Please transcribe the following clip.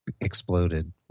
exploded